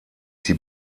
sie